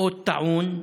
מאוד טעון.